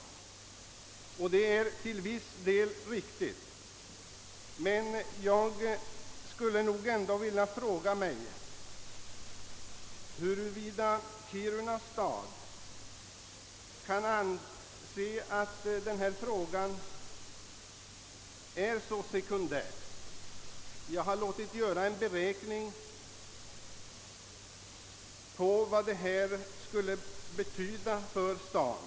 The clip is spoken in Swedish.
Och det är till viss del riktigt. Men jag frågar mig ändå huruvida Kiruna stad kan anse att denna fråga är så sekundär. Jag har låtit göra en beräkning av vad det hela skulle betyda för staden.